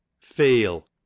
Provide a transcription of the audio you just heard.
Feel